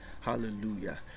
Hallelujah